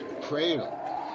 Cradle